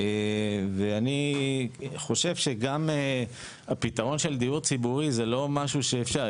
ואני חושב שגם הפתרון של דיור ציבורי זה לא משהו שאפשר.